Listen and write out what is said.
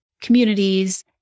communities